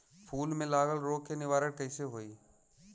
फूल में लागल रोग के निवारण कैसे होयी?